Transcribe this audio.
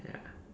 ya